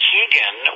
Keegan